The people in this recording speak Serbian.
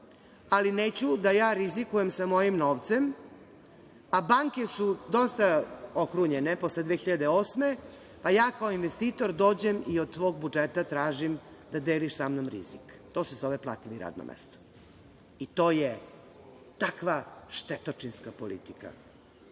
ali neću da ja rizikujem sa mojim novcem, a banke su dosta okrunjene posle 2008. godine, a ja kao investitor dođem i od tvog budžeta tražim da deliš sa mnom rizik. To se zove – plati mi radno mesto i to je takva štetočinska politika